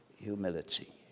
humility